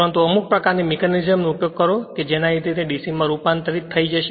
પરંતુ અમુક પ્રકારની મિકેનિઝમનો ઉપયોગ કરો કે જેના લીધે તે DC માં રૂપાંતરિત થઈ જશે